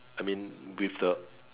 I mean with the